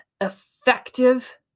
effective